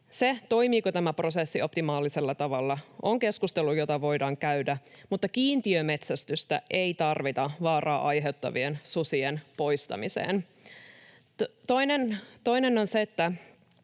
Siitä, toimiiko tämä prosessi optimaalisella tavalla, voidaan käydä keskustelua, mutta kiintiömetsästystä ei tarvita vaaraa aiheuttavien susien poistamiseen. Toinen seikka on se, että